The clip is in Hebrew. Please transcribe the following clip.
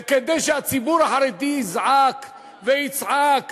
זה כדי שהציבור החרדי יזעק ויצעק